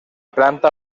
planta